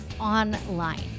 online